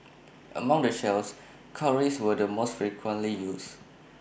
among the shells cowries were the most frequently used